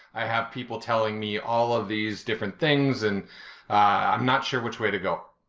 i have people telling me all of these different things, and i'm not sure which way to go.